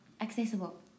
accessible